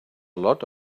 lot